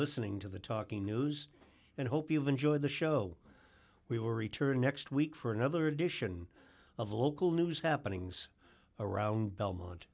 listening to the talking news and hope you'll enjoy the show we were returning next week for another edition of local news happenings around belmont